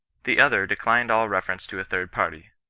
the other declined all re ference to a third party,